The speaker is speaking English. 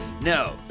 no